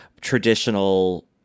traditional